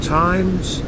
times